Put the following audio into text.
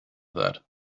that